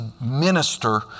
minister